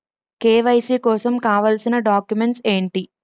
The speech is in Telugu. కే.వై.సీ కోసం కావాల్సిన డాక్యుమెంట్స్ ఎంటి?